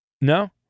No